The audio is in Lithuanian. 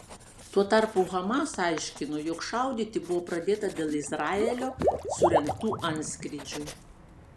tuo tarpu hamas aiškino jog šaudyti buvo pradėta dėl izraelio surengtų antskrydžių